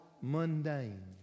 mundane